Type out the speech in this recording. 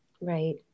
Right